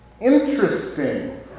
interesting